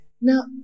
Now